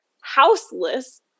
houseless